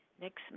Next